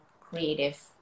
creative